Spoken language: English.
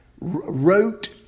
wrote